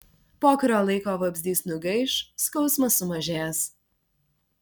po kurio laiko vabzdys nugaiš skausmas sumažės